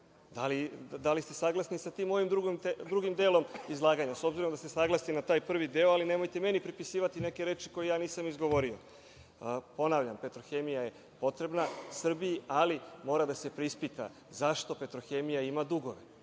Da li ste saglasni sa mojim drugim delom izlaganja? S obzirom da ste saglasni na taj prvi deo, ali nemojte meni pripisivati neke reči koje nisam izgovorio. Ponavljam, „Petrohemija“ je potrebna Srbiji, ali mora da se preispita zašto „Petrohemija“ ima dugove.